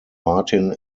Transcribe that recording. martin